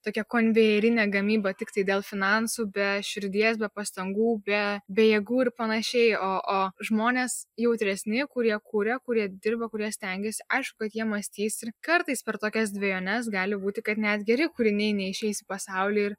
tokia konvejerinė gamyba tiktai dėl finansų be širdies be pastangų be be jėgų ir panašiai o o žmonės jautresni kurie kuria kurie dirba kurie stengiasi aišku kad jie mąstys ir kartais per tokias dvejones gali būti kad net geri kūriniai neišeis į pasaulį ir